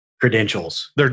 Credentials